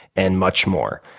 and much more.